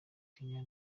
kenya